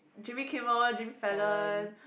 Jimmy-Kimmel Jimmy-Fallon